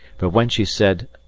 but when she said,